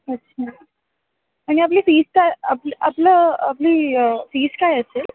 अच्छा आणि आपली फीज काय आपलं आपलं आपली फीज काय असते